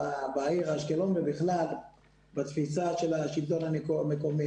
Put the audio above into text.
גם בעיר אשקלון ובכלל בתפיסה של השלטון המקומי.